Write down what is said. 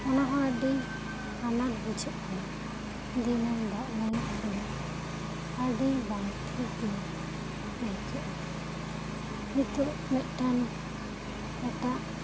ᱚᱱᱟ ᱦᱚᱸ ᱟᱹᱰᱤ ᱟᱱᱟᱴ ᱵᱩᱡᱷᱟᱜ ᱠᱟᱱᱟ ᱫᱤᱱᱟᱹᱢ ᱫᱟᱜ ᱞᱮᱱᱠᱷᱟᱱ ᱟᱹᱰᱤ ᱵᱟᱝ ᱴᱷᱤᱠ ᱜᱮ ᱟᱹᱭᱠᱟᱹᱜ ᱟ ᱱᱤᱛᱚᱜ ᱢᱤᱫ ᱴᱟᱝ ᱮᱴᱟᱜ